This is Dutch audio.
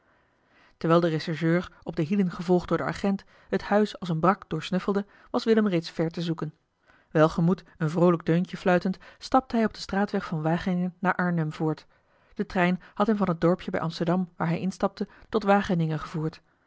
terwijl de rechercheur op de hielen gevolgd door den agent het huis als een brak doorsnuffelde was willem reeds ver te zoeken welgemoed een vroolijk deuntje fluitend stapte hij op den straatweg van wageningen naar arnhem voort de trein had hem van het dorpje bij amsterdam waar hij instapte tot wageningen gevoerd